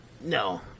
no